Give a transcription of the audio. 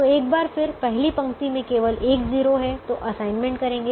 तो एक बार फिर पहली पंक्ति में केवल एक 0 है तो अब असाइनमेंट करेंगे